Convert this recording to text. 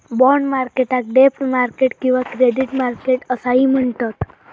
bond मार्केटाक डेब्ट market किंवा क्रेडिट मार्केट असाही म्हणतत